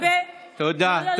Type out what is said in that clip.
תודה,